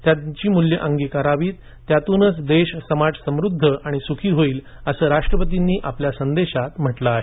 त्यांची मूल्य अंगीकारावीत त्यातूनच देश समाज समृद्ध आणि सुखी होईल असं राष्ट्रपतींनी आपल्या संदेशात म्हटलं आहे